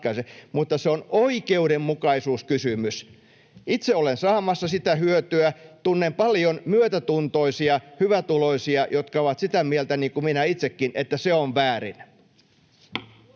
mutta se on oikeudenmukaisuuskysymys. Itse olen saamassa siitä hyötyä, ja tunnen paljon myötätuntoisia hyvätuloisia, jotka ovat sitä mieltä, niin kuin minä itsekin, että se on väärin.